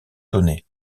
données